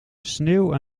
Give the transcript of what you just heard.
sneeuw